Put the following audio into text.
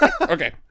okay